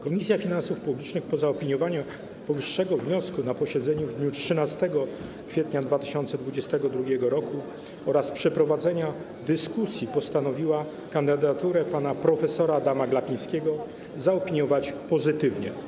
Komisja Finansów Publicznych po zaopiniowaniu powyższego wniosku na posiedzeniu w dniu 13 kwietnia 2022 r. oraz po przeprowadzeniu dyskusji postanowiła kandydaturę pana prof. Adma Glapińskiego zaopiniować pozytywnie.